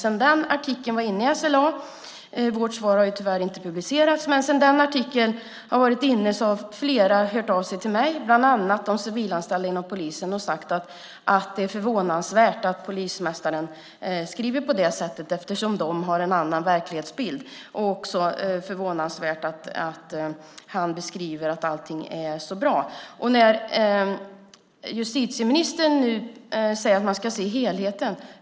Sedan den artikeln var inne i SLA - vårt svar har tyvärr inte publicerats - har flera hört av sig till mig, bland annat civilanställda inom polisen, och sagt att det är förvånansvärt att polismästaren skriver på det sättet eftersom de har en annan verklighetsbild, och att det också är förvånansvärt att han beskriver att allt är bra. Justitieministern säger att man ska se helheten.